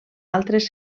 altres